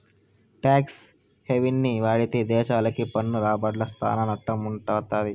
talks హెవెన్ని వాడితే దేశాలకి పన్ను రాబడ్ల సానా నట్టం వత్తది